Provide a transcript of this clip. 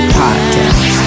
podcast